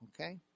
okay